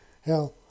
Hell